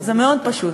זה מאוד פשוט.